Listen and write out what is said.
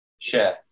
share